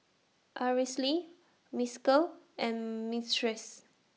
Araceli Mykel and Myrtice